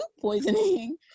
poisoning